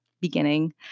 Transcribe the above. beginning